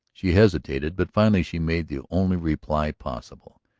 she hesitated. but finally she made the only reply possible.